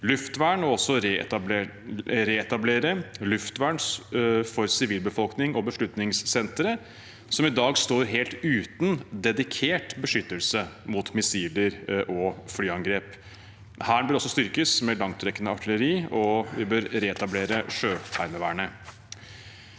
å reetablere luftvern for sivilbefolkning og beslutningssentre, som i dag står helt uten dedikert beskyttelse mot missiler og flyangrep. Hæren bør også styrkes med langtrekkende artilleri, og vi bør reetablere Sjøheimevernet.